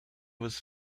was